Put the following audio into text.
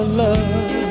love